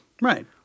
right